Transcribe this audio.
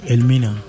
Elmina